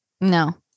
No